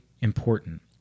important